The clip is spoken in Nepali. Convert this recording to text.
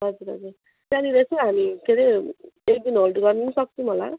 हजुर हजुर त्यहाँनिर यसो हामी के अरे एकदिन होल्ड गर्नु पनि सक्छौँ होला